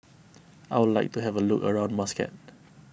I would like to have a look around Muscat